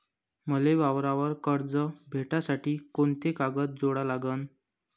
मले वावरावर कर्ज भेटासाठी कोंते कागद जोडा लागन?